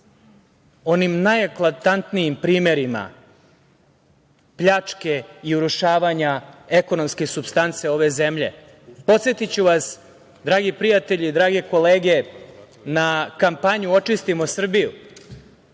onim najeklatantnijim primerima pljačke i urušavanja ekonomske supstance ove zemlje. Podsetiću vas dragi prijatelji, drage kolege na kampanju „Očistimo Srbiju“